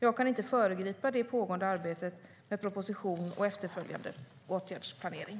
Jag kan inte föregripa det pågående arbetet med proposition och efterföljande åtgärdsplanering.